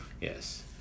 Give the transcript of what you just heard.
Yes